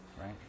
right